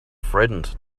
frightened